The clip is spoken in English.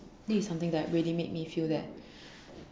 this is something that really make me feel that